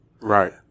Right